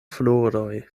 floroj